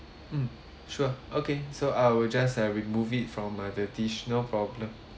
mm sure okay so I will just uh remove it from uh the dish no problem